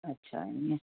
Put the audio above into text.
अच्छा ईअं